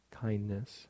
kindness